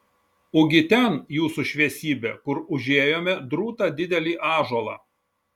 ugi ten jūsų šviesybe kur užėjome drūtą didelį ąžuolą